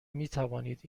میتوانید